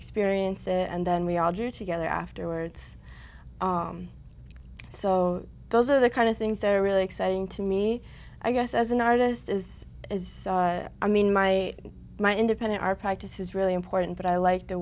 experience and then we all get together afterwards so those are the kind of things that are really exciting to me i guess as an artist is i mean my my independent our practice is really important but i like the